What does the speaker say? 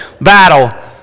battle